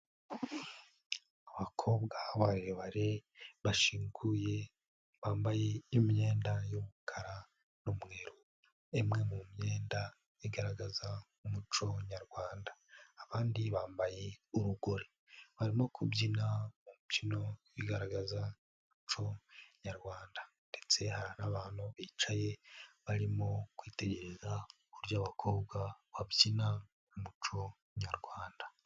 Abakobwa barebare bashyinguye bambaye imyenda y'umukara n'umweru, imwe mu myenda igaragaza umuco nyarwanda, abandi bambaye urugori barimo kubyina mu mbyino igaragaza umuco nyarwanda ndetse hari n'abantu bicaye barimo kwitegereza uburyo aba bakobwa babyina mu muco nyarwanda.